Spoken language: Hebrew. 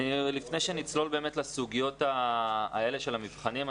לפני שנצלול לסוגיות האלה של המבחנים,